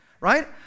Right